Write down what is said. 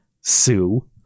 sue